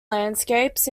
landscapes